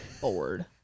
bored